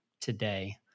today